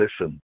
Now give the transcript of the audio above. listen